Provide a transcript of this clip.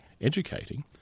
educating